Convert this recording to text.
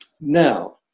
Now